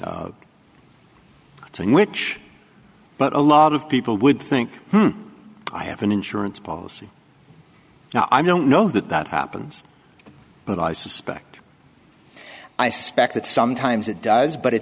to which but a lot of people would think i have an insurance policy now i don't know that that happens but i suspect i suspect that sometimes it does but it